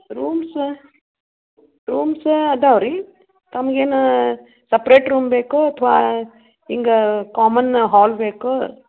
rooms rooms ಅದಾವ ರೀ ತಮ್ಗೇನು ಸಪ್ರೇಟ್ ರೂಮ್ ಬೇಕೋ ಅಥವಾ ಹಿಂಗೆ ಕಾಮನ್ ಹಾಲ್ ಬೇಕೋ